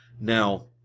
Now